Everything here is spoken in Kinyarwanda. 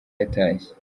yatashye